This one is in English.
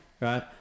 Right